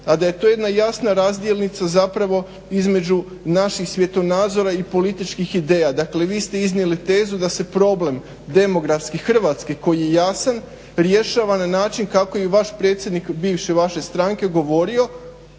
a da je to jedna jasna razdjelnica zapravo između naših svjetonazora i političkih ideja. Dakle, vi ste iznijeli tezu da se problem demografske Hrvatske koji je jasan rješava na način kako je i vaš predsjednik, bivše vaše stranke govorio